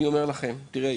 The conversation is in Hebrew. תראה,